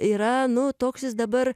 yra nu toks jis dabar